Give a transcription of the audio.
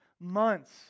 months